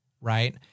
right